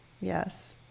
Yes